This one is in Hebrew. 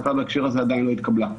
החלטה בהקשר הזה עדיין לא התקבלה.